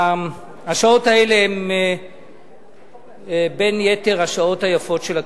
השעות האלה הן בין יתר השעות היפות של הכנסת,